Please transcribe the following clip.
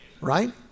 right